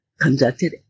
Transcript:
conducted